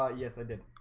ah yes, i didn't